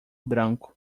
branco